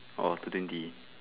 orh two twenty